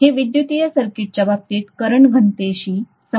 हे विद्युतीय सर्किटच्या बाबतीत करंट घनतेशी संबंधित आहे